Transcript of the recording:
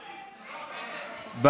להעביר לוועדה את הצעת חוק הפעלת תחבורה